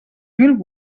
mil